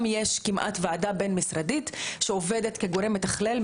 כמעט יש ועדה משרדית שעובדת כגורם מתכלל,